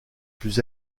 plus